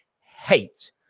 hate